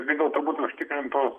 vis dėlto būtų užtikrintos